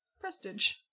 Prestige